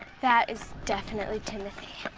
that is definitely timothy.